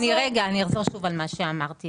אני אחזור שוב על מה שאמרתי.